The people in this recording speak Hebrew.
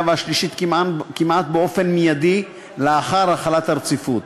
והשלישית כמעט באופן מיידי לאחר החלת הרציפות.